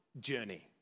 journey